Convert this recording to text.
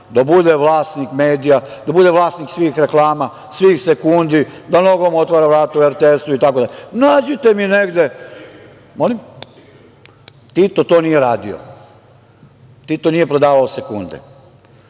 da bude vlasnik medija, da bude vlasnik svih reklama, svih sekundi, da nogom otvara vrata u RTS itd. Nađite mi negde. Tito to nije radio. Tito nije prodavao sekunde.